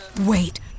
wait